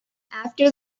after